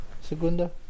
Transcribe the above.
Segunda